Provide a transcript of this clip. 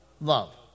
Love